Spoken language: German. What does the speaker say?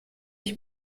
ich